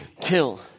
kill